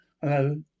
Hello